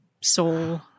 soul